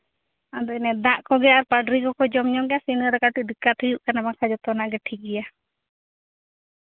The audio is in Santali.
ᱟᱫᱚ ᱤᱱᱟᱹ ᱫᱟᱜ ᱠᱚᱜᱮ ᱟᱨ ᱯᱟᱸᱰᱨᱤ ᱠᱚᱠᱚ ᱡᱚᱢ ᱧᱚᱜᱟ ᱥᱮ ᱤᱱᱟᱹ ᱨᱮ ᱠᱟᱹᱴᱤᱡ ᱫᱤᱠᱠᱟᱛ ᱦᱩᱭᱩᱜ ᱠᱟᱱᱟ ᱵᱟᱝᱠᱷᱟᱡ ᱡᱚᱛᱚᱱᱟᱜ ᱜᱮ ᱴᱷᱤᱠᱜᱮᱭᱟ